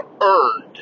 earned